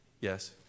Yes